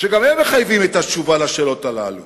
שגם הם מחייבים תשובה על השאלות האלה,